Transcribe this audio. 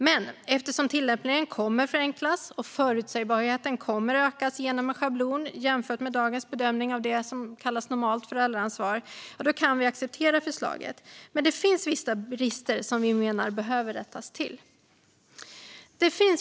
Men eftersom tillämpningen kommer att förenklas och förutsägbarheten kommer att öka genom en schablon, jämfört med dagens bedömning av det som kallas normalt föräldraansvar, kan vi acceptera förslaget. Men det finns vissa brister som vi menar behöver rättas till. Fru talman!